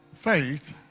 faith